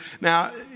Now